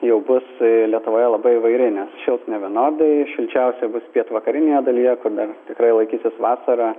jau bus lietuvoje labai įvairiai nes šils nevienodai šilčiausia bus pietvakarinėje dalyje kur dar tikrai laikysis vasara